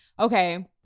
okay